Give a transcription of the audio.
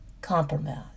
compromise